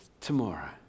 tomorrow